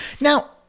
Now